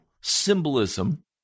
symbolism